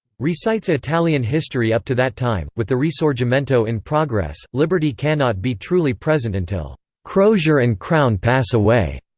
recites italian history up to that time, with the risorgimento in progress liberty cannot be truly present until crosier and crown pass away,